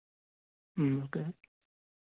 అంతే